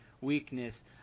weakness